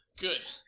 Good